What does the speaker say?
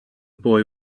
boy